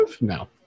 No